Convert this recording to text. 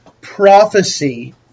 prophecy